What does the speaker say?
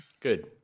Good